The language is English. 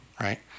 right